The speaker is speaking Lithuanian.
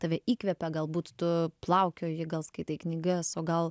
tave įkvepia galbūt tu plaukioji gal skaitai knygas o gal